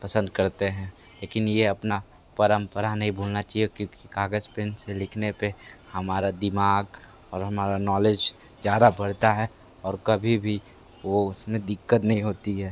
पसंद करते हैं लेकिन ये अपनी परम्परा नहीं भूलना चाहिए क्योंकि कागज़ पेन से लिखने पर हमारा दिमाग़ और हमारा नॉलेज ज़्यादा बढ़ता है और कभी भी वो उस में दिक्कत नहीं होती है